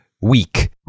weak